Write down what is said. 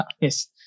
Yes